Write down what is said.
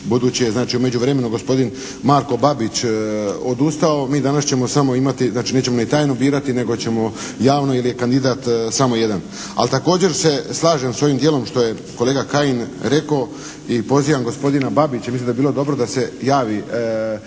u međuvremenu gospodin Marko Babić odustao, mi danas ćemo samo imati, znači nećemo ni tajno birati, nego ćemo javno jer je kandidat samo jedan. Ali također se slažem sa ovim dijelom što je kolega Kajin rekao i pozivam gospodina Babića, mislim da bi bilo dobro da se javni